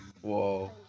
Whoa